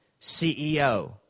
CEO